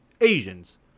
Asians